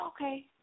okay